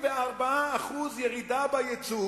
44% ירידה ביצוא